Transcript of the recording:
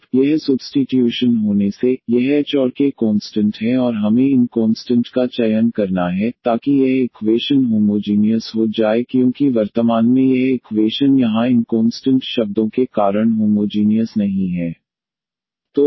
अब यह सुब्स्टीट्यूशन होने से यह h और k कोंस्टंट हैं और हमें इन कोंस्टंट का चयन करना है ताकि यह इक्वेशन होमोजीनियस हो जाए क्योंकि वर्तमान में यह इक्वेशन यहाँ इन कोंस्टंट शब्दों के कारण होमोजीनियस नहीं है